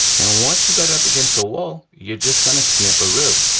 and once you get up against the wall, you're just gonna sniparoo.